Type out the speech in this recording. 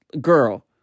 girl